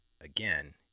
again